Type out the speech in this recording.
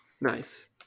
Nice